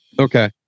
Okay